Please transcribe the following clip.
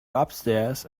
upstairs